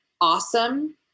Awesome